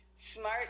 smart